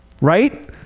right